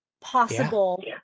possible